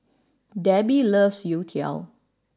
Debbie loves Youtiao